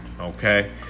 Okay